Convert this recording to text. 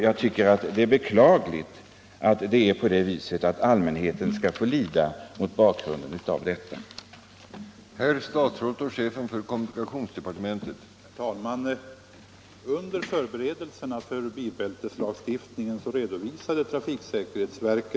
Jag tycker att det är beklagligt att allmänheten skall få lida mot bakgrund av den situation som föreligger.